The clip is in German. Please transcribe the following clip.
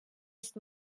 ist